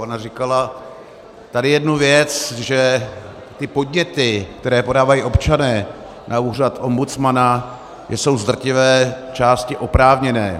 Ona říkala tady jednu věc, že ty podněty, které podávají občané na úřad ombudsmana, jsou z drtivé části oprávněné.